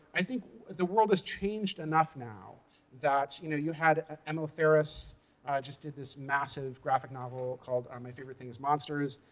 i think the world has changed enough now that you know you had emil ferris just did this massive graphic novel called um my favorite thing is monsters.